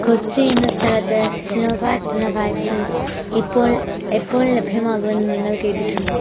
കൊച്ചി എന്ന സ്ഥലത്ത് സിനോവാക്ക് എന്ന വാക്സിൻ ഇപ്പോൾ എപ്പോൾ ലഭ്യമാകുമെന്ന് നിങ്ങൾ കേട്ടിട്ടുണ്ടോ